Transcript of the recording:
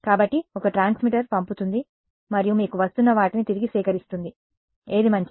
కాబట్టి ఒక ట్రాన్స్మిటర్ పంపుతుంది మరియు మీకు వస్తున్న వాటిని తిరిగి సేకరిస్తుంది ఏది మంచిది